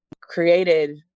created